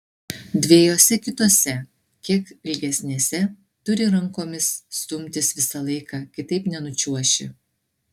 dviejose kitose kiek ilgesnėse turi rankomis stumtis visą laiką kitaip nenučiuoši